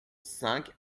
cinq